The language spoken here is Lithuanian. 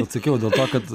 atsakiau dėl to kad